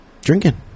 drinking